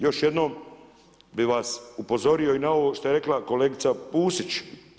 Još jednom bi vas upozorio i na ovo što je rekla kolegica Pusić.